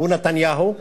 הוא נתניהו,